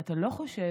אתה לא חושב,